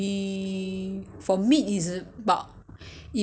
然后你要放别的东西吗只是肉啊不可能 right